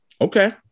Okay